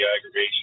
aggregation